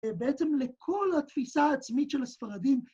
ובעצם לכל התפיסה העצמית של הספרדים.